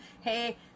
Hey